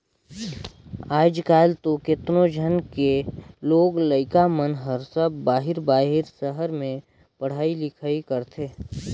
आयज कायल तो केतनो झन के लोग लइका मन हर सब बाहिर बाहिर सहर में पढ़ई लिखई करथे